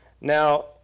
Now